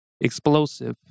explosive